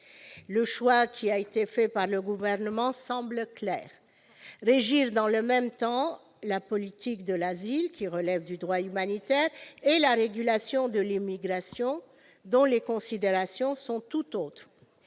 Le choix fait par le Gouvernement semble clair : régir dans le même temps la politique de l'asile, qui relève du droit humanitaire, et la régulation de l'immigration, qui répond à des considérations tout autres.